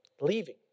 Leaving